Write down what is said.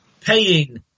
paying